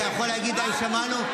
אתה יכול להגיד "שמענו",